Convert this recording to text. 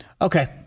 okay